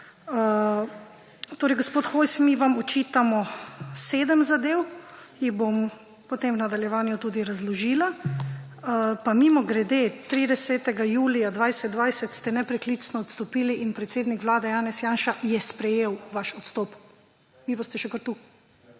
imamo. Gospod Hojs, mi vam očitamo sedem zadev, jih bom potem v nadaljevanju tudi razložila. Pa mimogrede, 30. julija 2020 ste nepreklicno odstopili in predsednik Vlade Janez Janša je sprejel vaš odstop. Vi pa ste še kar tu.